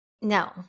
No